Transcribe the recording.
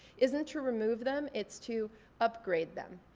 isn't to remove them. it's to upgrade them.